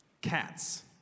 cats